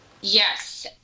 Yes